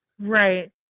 Right